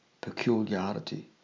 peculiarity